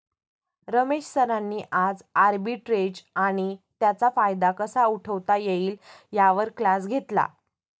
रमेश सरांनी आज आर्बिट्रेज आणि त्याचा फायदा कसा उठवता येईल यावर क्लास घेतला